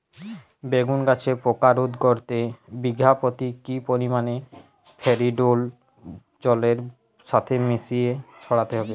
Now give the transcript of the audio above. বেগুন গাছে পোকা রোধ করতে বিঘা পতি কি পরিমাণে ফেরিডোল জলের সাথে মিশিয়ে ছড়াতে হবে?